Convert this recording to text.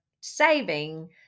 saving